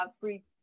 free